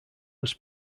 was